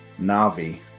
Navi